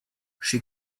she